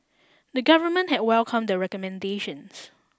the government had welcomed the recommendations